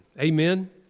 Amen